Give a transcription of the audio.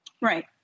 Right